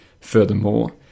Furthermore